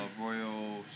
Royal